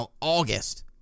August